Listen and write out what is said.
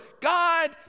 God